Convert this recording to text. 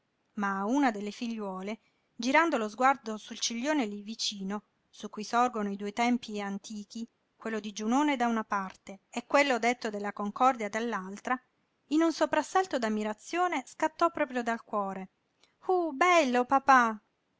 a una delle figliuole girando lo sguardo sul ciglione lí vicino su cui sorgono i due tempii antichi quello di giunone da una parte e quello detto della concordia dall'altra in un soprassalto d'ammirazione scattò proprio dal cuore uh bello papà